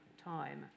time